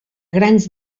grans